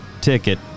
Ticket